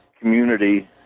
community